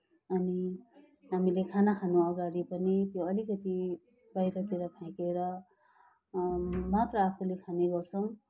अनि हामीले खाना खानुअगाडि पनि त्यो अलिकति बाहिरतिर फ्याँकेर मात्र आफूले खाने गर्छौँ